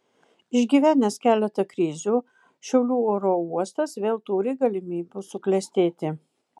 išgyvenęs keletą krizių šiaulių oro uostas vėl turi galimybių suklestėti